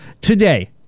today